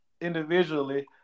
individually